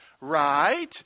right